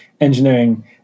engineering